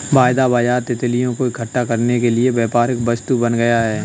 वायदा बाजार तितलियों को इकट्ठा करने के लिए व्यापारिक वस्तु बन गया